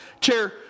Chair